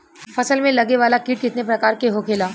फसल में लगे वाला कीट कितने प्रकार के होखेला?